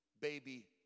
baby